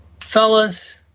Fellas